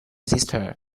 sister